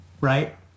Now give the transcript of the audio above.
Right